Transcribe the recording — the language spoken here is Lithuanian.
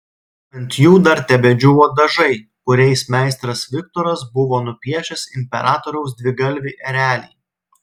ant jų dar tebedžiūvo dažai kuriais meistras viktoras buvo nupiešęs imperatoriaus dvigalvį erelį